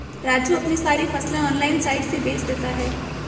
राजू अपनी सारी फसलें ऑनलाइन साइट से बेंच देता हैं